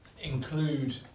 include